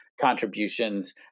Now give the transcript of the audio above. contributions